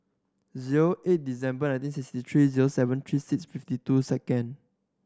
zero eight December nineteen sixty three zero seven three six fifty two second